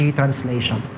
translation